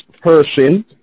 person